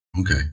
Okay